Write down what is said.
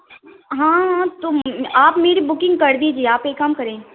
ہاں تو آپ میری بکنگ کر دیجیے آپ یہ کام کریں